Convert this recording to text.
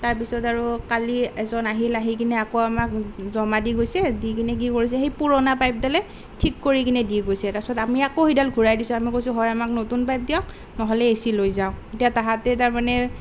তাৰ পিছত আৰু কালি এজন আহিল আহি কিনে আকৌ আমাক জমা দি গৈছে দি কিনে কি কৰিছে সেই পুৰণা পাইপডালে ঠিক কৰি দি গৈছে তাৰপিছত আমি আকৌ আমি ঘূৰাই দিছোঁ আমি কৈছোঁ হয় আমাক নতুন পাইপ দিয়ক নহ'লে এচি লৈ যাওক এতিয়া তাহাঁতে তাৰমানে